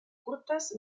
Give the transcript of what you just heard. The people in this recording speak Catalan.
curtes